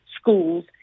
schools